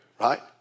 right